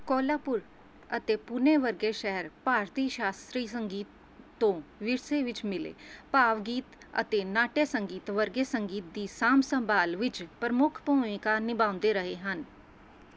ਕੋਲਾਪੁਰ ਅਤੇ ਪੂਨੇ ਵਰਗੇ ਸ਼ਹਿਰ ਭਾਰਤੀ ਸ਼ਾਸਤਰੀ ਸੰਗੀਤ ਤੋਂ ਵਿਰਸੇ ਵਿੱਚ ਮਿਲੇ ਭਾਵਗੀਤ ਅਤੇ ਨਾਟਯ ਸੰਗੀਤ ਵਰਗੇ ਸੰਗੀਤ ਦੀ ਸਾਂਭ ਸੰਭਾਲ ਵਿੱਚ ਪ੍ਰਮੁੱਖ ਭੂਮਿਕਾ ਨਿਭਾਉਂਦੇ ਰਹੇ ਹਨ